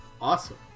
Awesome